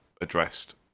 addressed